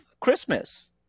Christmas